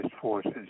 forces